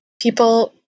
people